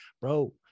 bro